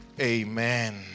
amen